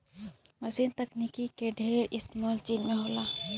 मशीनी तकनीक के ढेर इस्तेमाल चीन में होला